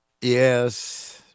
Yes